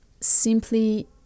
simply